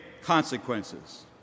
consequences